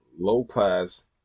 low-class